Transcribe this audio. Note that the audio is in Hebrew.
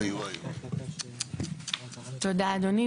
תודה אדוני.